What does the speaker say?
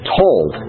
told